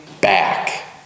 back